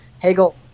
Hegel